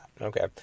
Okay